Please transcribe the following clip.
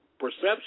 perception